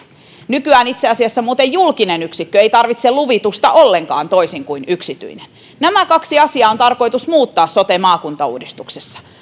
nykyään itse asiassa muuten julkinen yksikkö ei tarvitse luvitusta ollenkaan toisin kuin yksityinen nämä kaksi asiaa on tarkoitus muuttaa sote maakuntauudistuksessa